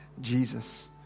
Jesus